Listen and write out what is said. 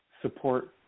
support